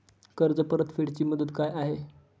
कर्ज परतफेड ची मुदत काय आहे?